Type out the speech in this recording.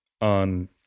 on